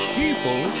people